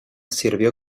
sirvió